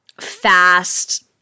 fast